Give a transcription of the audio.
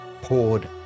poured